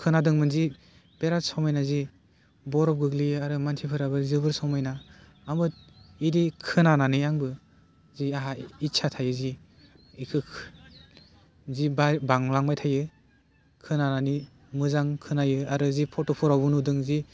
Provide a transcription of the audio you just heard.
खोनादोंमोन जि बेराद समायना जि बरफ गोग्लैयै आरो मानसिफोराबो जोबोर समायना आंबो बिदि खोनानानै आंबो जिहाय इदसा थायो जि इखौ जि बा बांलांबाय थायो खोनानानै मोजां खोनायो आरो जि फट'फोरावबो नुदों जि